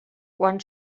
quan